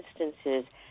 instances